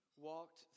walked